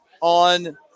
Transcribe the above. on